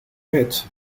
wet